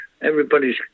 everybody's